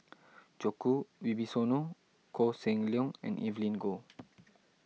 Djoko Wibisono Koh Seng Leong and Evelyn Goh